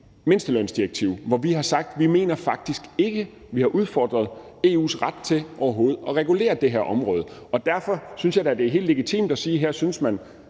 mindstelønsdirektiv, hvor vi har sagt, at vi faktisk ikke mener, vi har udfordret EU's ret til overhovedet at regulere det her område. Derfor synes jeg da, det er helt legitimt at sige, at her synes man,